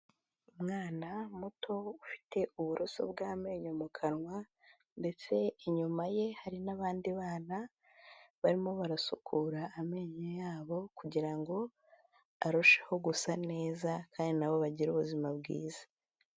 Umwana muto ufite uburoso bw'amenyo mu kanwa ndetse inyuma ye hari n'abandi bana barimo barasukura amenyo ya bo, kugira ngo arusheho gusa neza kandi na bo bagire ubuzima bwiza.